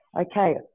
Okay